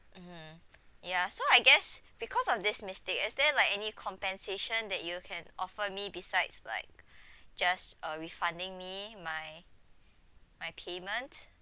mmhmm yeah so I guess because of this mistake is there like any compensation that you can offer me besides like just uh refunding me my my payment